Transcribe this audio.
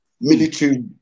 military